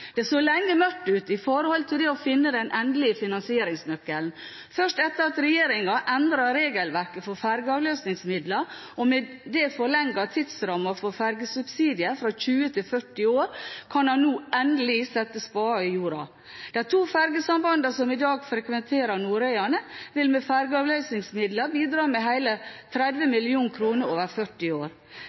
fastlandsforbindelse. Det så lenge mørkt ut med hensyn til å finne den endelige finansieringsnøkkelen. Først etter at regjeringen endret regelverket for fergeavløsningsmidler, og med det forlenget tidsrammen for fergesubsidier fra 20 til 40 år, kan en nå endelig sette spaden i jorda. De to fergesambandene som i dag frekventerer Nordøyane, vil med fergeavløsingsmidler bidra med hele 30 mill. kr over 40 år.